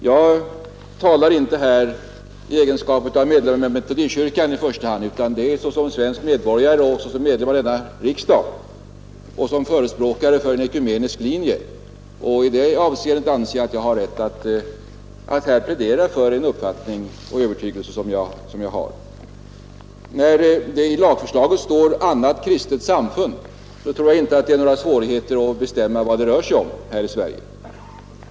Jag talar här inte heller i första hand i egenskap av medlem av metodistkyrkan utan jag gör det dels som svensk medborgare, dels som ledamot av denna riksdag och som förespråkare för en ekumenisk linje. Och då anser jag mig ha rätt att här plädera för den uppfattning och den övertygelse som jag har. När det i lagförslaget står ”annat kristet samfund”, så tror jag inte att det är några svårigheter att bestämma vad det rör sig om här i Sverige.